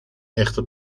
echte